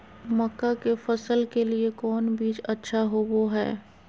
मक्का के फसल के लिए कौन बीज अच्छा होबो हाय?